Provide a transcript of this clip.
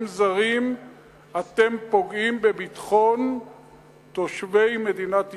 זרים אתם פוגעים בביטחון תושבי מדינת ישראל.